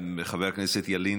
חבר הכנסת פולקמן, אדוני.